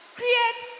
create